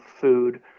food